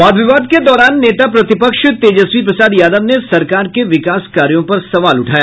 वाद विवाद के दौरान नेता प्रतिपक्ष तेजस्वी प्रसाद यादव ने सरकार के विकास कार्यों पर सवाल उठाया